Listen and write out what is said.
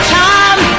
time